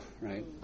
right